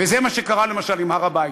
וזה מה שקרה למשל עם הר-הבית.